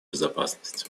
безопасность